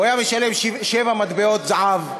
הוא היה משלם שבע מטבעות זהב.